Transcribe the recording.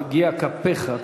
יגיע כפיך.